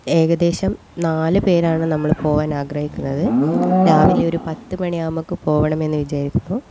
ഏകദേശം നാല് പേരാണ് നമ്മൾ പോവാൻ ആഗ്രഹിക്കുന്നത് രാവിലെ ഒരു പത്ത് മണി ആവുമ്പോഴേക്ക് പോവണമെന്ന് വിചാരിക്കുന്നു